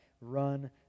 run